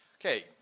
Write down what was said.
Okay